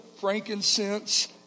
frankincense